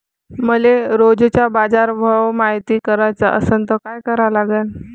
मले रोजचा बाजारभव मायती कराचा असन त काय करा लागन?